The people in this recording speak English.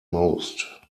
most